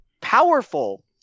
powerful